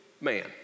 man